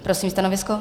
Prosím, stanovisko?